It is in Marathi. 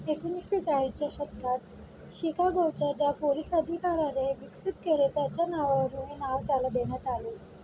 एकोणीसशे चाळीसच्या शतकात शिकागोच्या ज्या पोलिस अधिकाऱ्याने विकसित केले त्याच्या नावावरून हे नाव त्याला देण्यात आले